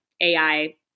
AI